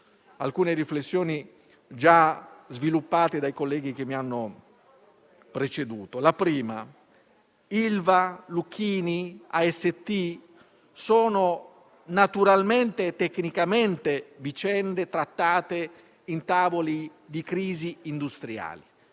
alcune riflessioni già sviluppate dai colleghi che mi hanno preceduto. La prima: Ilva, Lucchini, AST sono naturalmente e tecnicamente vicende trattate in tavoli di crisi industriali,